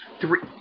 Three